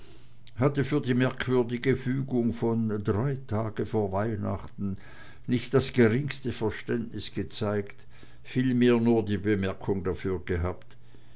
hatte für die merkwürdige fügung von drei tage vor weihnachten nicht das geringste verständnis gezeigt vielmehr nur die bemerkung dafür gehabt